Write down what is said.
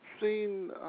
seen